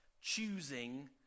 choosing